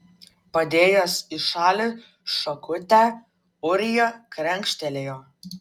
padėjęs į šalį šakutę ūrija krenkštelėjo